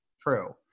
true